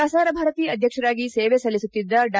ಪ್ರಸಾರ ಭಾರತಿ ಅಧ್ಯಕ್ಷರಾಗಿ ಸೇವೆ ಸಲ್ಲಿಸುತ್ತಿದ್ದ ಡಾ